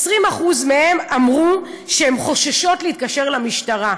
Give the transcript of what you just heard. אמרו שהן חוששות להתקשר למשטרה.